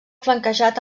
flanquejat